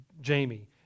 Jamie